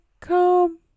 come